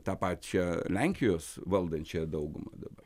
tą pačią lenkijos valdančiąją daugumą dabar